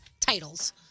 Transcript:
titles